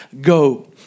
Go